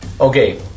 Okay